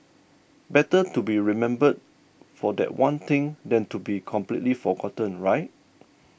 better to be remembered for that one thing than to be completely forgotten right